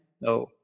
no